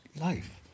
life